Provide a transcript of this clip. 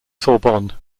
sorbonne